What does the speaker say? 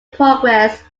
progress